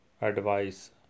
advice